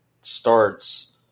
starts